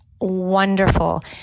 wonderful